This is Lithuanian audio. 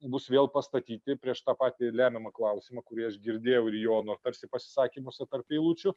bus vėl pastatyti prieš tą patį lemiamą klausimą kurį aš girdėjau ir jono tarsi pasisakymuose tarp eilučių